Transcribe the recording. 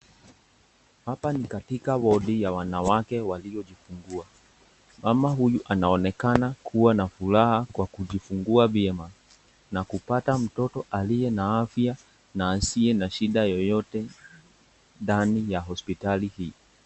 Hapa ni katika wodi ya wanawake waliojifungua. Mama huyu anaonekana kua na furaha kwa kujifungua vyema na kupata mtoto aliye na afya na asiye na shida yoyote ndani ya hospitali hii.